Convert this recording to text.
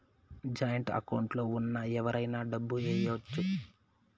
joint account లో ఉన్న ఎవరైనా డబ్బు ఏయచ్చు